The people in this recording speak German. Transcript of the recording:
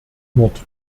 mord